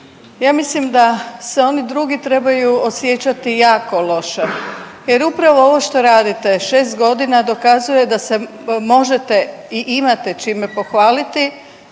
ja mislim da se oni drugi trebaju osjećati jako loše jer upravo što radite 6 godina dokazuje da se možete i imate čime pohvaliti